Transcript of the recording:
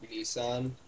Nissan